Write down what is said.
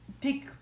Pick